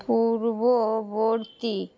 পূর্ববর্তী